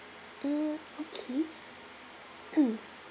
mm okay